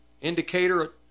indicator